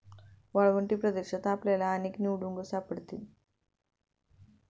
वाळवंटी प्रदेशात आपल्याला अनेक निवडुंग सापडतील